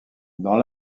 dans